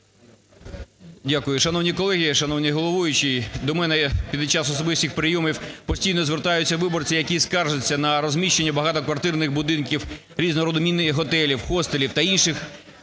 Дякую. Шановні колеги! Шановний головуючий! До мене під час особистих прийомів постійно звертаються виборці, які скаржаться на розміщення в багатоквартирних будинках різного роду мініготелів, хостелів та інших